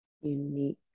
Unique